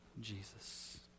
Jesus